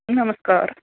ਨਮਸਕਾਰ